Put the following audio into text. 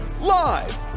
live